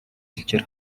бэлчээр